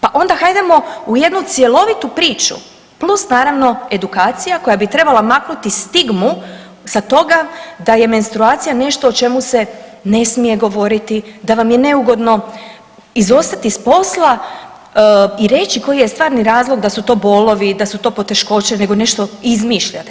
Pa onda hajdemo u jednu cjelovitu priču plus naravno, edukacija, koja bi trebala maknuti stigmu sa toga da je menstruacija nešto o čemu se ne smije govoriti, da vam je neugodno izostati s posla i reći koji je stvarni razlog, da su to bolovi, da su to poteškoće, nego nešto izmišljate.